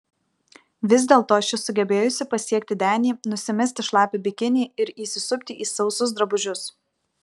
vis dėlto ši sugebėjusi pasiekti denį nusimesti šlapią bikinį ir įsisupti į sausus drabužius